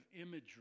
imagery